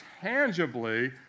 tangibly